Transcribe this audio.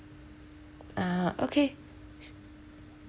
ah okay